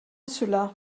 cela